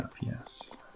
yes